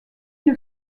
une